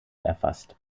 erfasst